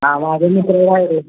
हा माझ्या मित्राकडं आहे ते